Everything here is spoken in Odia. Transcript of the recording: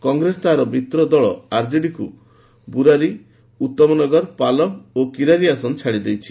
କଂଗ୍ରେସ ତାହାର ମିତ୍ର ଦଳ ଆର୍ଜେଡିକୁ ବୁରାରି ଉତ୍ତମ ନଗର ପାଲାମ ଓ କିରାରି ଆସନ ଛାଡ଼ି ଦେଇଛି